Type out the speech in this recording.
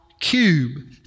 cube